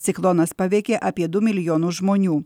ciklonas paveikė apie du milijonus žmonių